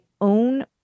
own